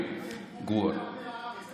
אתם בורים ועמי הארץ.